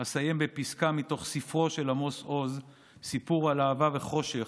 אסיים בפסקה מתוך ספרו של עמוס עוז "סיפור על אהבה וחושך",